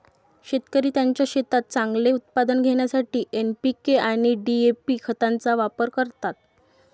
शेतकरी त्यांच्या शेतात चांगले उत्पादन घेण्यासाठी एन.पी.के आणि डी.ए.पी खतांचा वापर करतात